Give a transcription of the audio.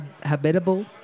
Habitable